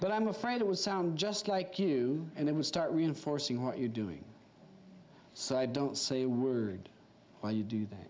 but i'm afraid it will sound just like you and it will start reinforcing what you're doing so i don't say a word while you do that